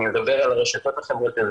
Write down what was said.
אני מדבר על הרשתות החברתיות,